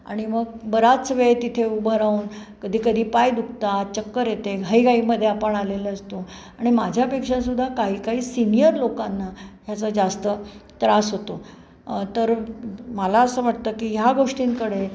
आणि मग बराच वेळ तिथे उभं राहून कधी कधी पाय दुखतात चक्कर येते घाई घाईमध्ये आपण आलेले असतो आणि माझ्यापेक्षा सुद्धा काही काही सीनियर लोकांना ह्याचा जास्त त्रास होतो तर मला असं वाटतं की ह्या गोष्टींकडे